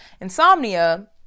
insomnia